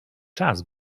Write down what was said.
czas